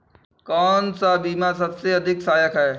कौन सा बीमा सबसे अधिक सहायक है?